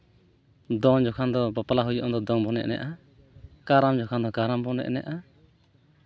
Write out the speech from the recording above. ᱫᱚᱝ ᱡᱚᱠᱷᱚᱡ ᱫᱚ ᱵᱟᱯᱞᱟ ᱦᱩᱭᱩᱜᱼᱟ ᱩᱱᱫᱚ ᱫᱚᱝ ᱵᱚᱱ ᱮᱱᱮᱡᱼᱟ ᱠᱟᱨᱟᱢ ᱡᱚᱠᱷᱚᱱ ᱫᱚ ᱠᱟᱨᱟᱢ ᱵᱚᱱ ᱮᱱᱮᱡᱼᱟ